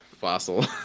fossil